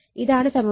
ഇതാണ് സമവാക്യം